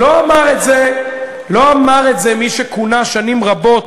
לא אמר את זה מי שכונה שנים רבות